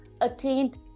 attained